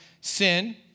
sin